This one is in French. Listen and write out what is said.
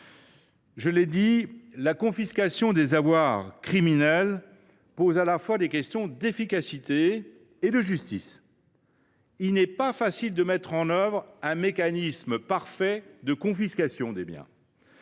pas. La confiscation des avoirs criminels pose des questions d’efficacité et de justice. Il n’est pas facile de mettre en œuvre un mécanisme parfait de confiscation des biens.